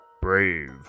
Brave